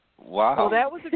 Wow